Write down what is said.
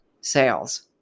sales